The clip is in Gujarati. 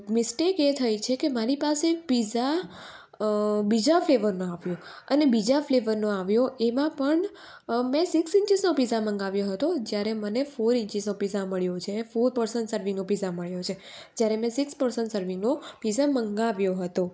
મિસ્ટેક એ થઈ છે કે મારી પાસે પીઝા બીજા ફ્લેવરનો આપ્યો અને બીજા ફ્લેવરનો આવ્યો એમાં પણ મેં સિક્સ ઇન્ચીસનો પીઝા મંગાવ્યો હતો જ્યારે મને ફોર ઇન્ચીસનો પીઝા મળ્યો છે ફોર પર્સન સર્વિંગનો પીઝા મળ્યો છે જ્યારે મેં સિક્સ પર્સન સર્વિંગનો પીઝા મંગાવ્યો હતો